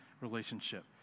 relationship